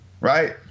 right